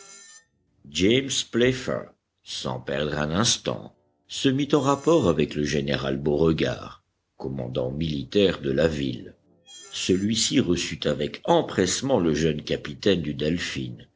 playfair sans perdre un instant se mit en rapport avec le général beauregard commandant militaire de la ville celui-ci reçut avec empressement le jeune capitaine du delphin